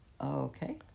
okay